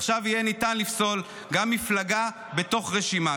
עכשיו ניתן יהיה לפסול גם מפלגה בתוך רשימה,